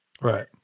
Right